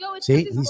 See